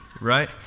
Right